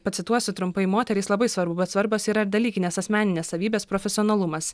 pacituosiu trumpai moterys labai svarbu bet svarbios yra ir dalykinės asmeninės savybės profesionalumas